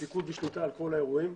פיקוד ושליטה על כל האירועים.